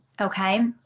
Okay